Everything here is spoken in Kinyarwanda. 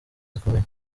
zikomeye